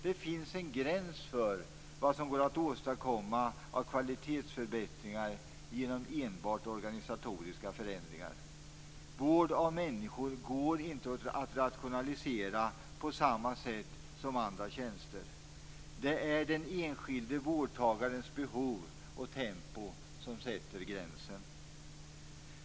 Det finns en gräns för vad som går att åstadkomma av kvalitetsförbättringar genom enbart organisatoriska förändringar. Vård av människor går inte att rationalisera på samma sätt som andra tjänster. Det är den enskilde vårdtagarens behov och tempo som sätter gränsen.